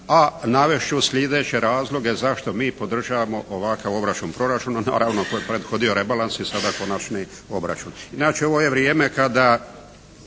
a navest ću sljedeće razloge zašto mi podržavamo ovakva obračun proračuna naravno koji je prethodio rabalansu i sada konačni obračun. Inače ovo je vrijeme kada